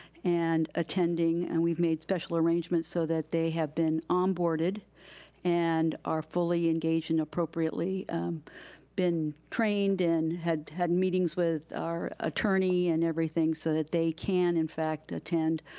and attending, and we've made special arrangements so that they have been onboarded and are fully engaged and appropriately been trained and had had meetings with our attorney and everything, so that they can, in fact, attend.